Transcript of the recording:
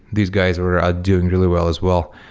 these guys were ah doing really well as well.